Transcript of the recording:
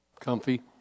Comfy